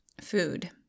food